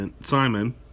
Simon